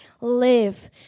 live